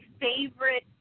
favorite